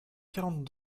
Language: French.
quarante